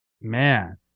Man